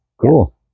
cool